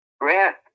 Grant